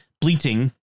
bleating